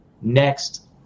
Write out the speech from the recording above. next